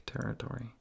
territory